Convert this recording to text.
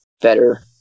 better